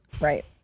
Right